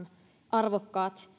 arvokkaat